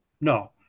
no